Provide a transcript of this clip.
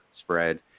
spread